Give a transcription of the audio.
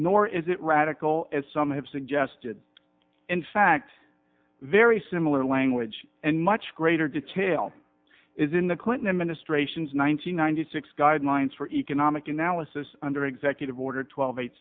nor is it radical as some have suggested in fact very similar language and much greater detail is in the clinton administration's one thousand nine hundred six guidelines for economic analysis under executive order twelve eight